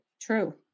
True